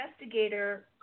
investigator